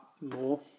more